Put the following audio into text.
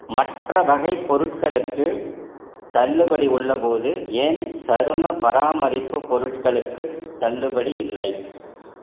மற்ற வகை பொருட்களுக்கு தள்ளுபடி உள்ளபோது ஏன் சரும பராமரிப்பு பொருட்களுக்குத் தள்ளுபடி இல்லை